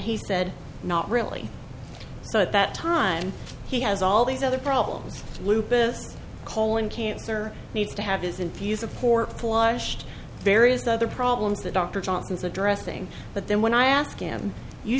he said not really so at that time he has all these other problems lupus colon cancer needs to have his infuser poor flushed various other problems the dr johnson's addressing but then when i ask him you